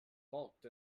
balked